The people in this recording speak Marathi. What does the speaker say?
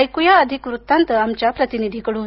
ऐकूया अधिक वृत्तांत आमच्या प्रतिनिधीकडून